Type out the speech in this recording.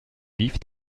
vivent